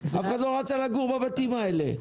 אף אחד לא רצה לגור בבתים האלה.